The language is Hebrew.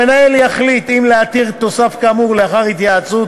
המנהל יחליט אם להתיר תוסף כאמור לאחר היוועצות